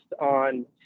on